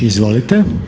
Izvolite.